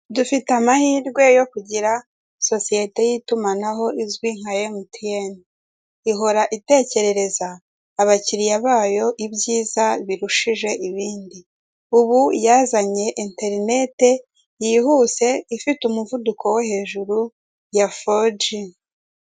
Dufite amahirwe yo kugira sosiyete y'itumanaho izwi nka emutiyene, ihora itekerereza abakiriya bayo ibyiza birushije ibindi, ubu yazanye interineti yihuse ifite umuvuduko wo hejuru ya foji.